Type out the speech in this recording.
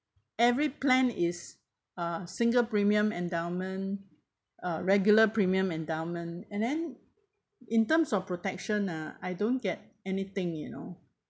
every plan is uh single premium endowment uh regular premium endowment and then in terms of protection ah I don't get anything you know